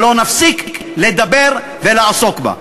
שלא נפסיק לדבר ולעסוק בה.